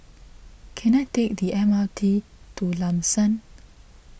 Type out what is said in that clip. can I take the M R T to Lam San